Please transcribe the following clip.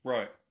Right